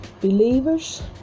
believers